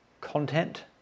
content